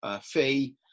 fee